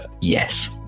Yes